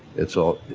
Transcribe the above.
it's all,